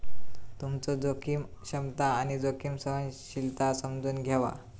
तुमचो जोखीम क्षमता आणि जोखीम सहनशीलता समजून घ्यावा